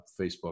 Facebook